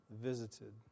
visited